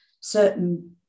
certain